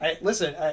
Listen